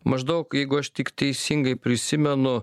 maždaug jeigu aš tik teisingai prisimenu